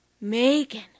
Megan